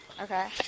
Okay